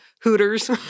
Hooters